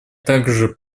также